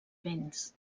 vents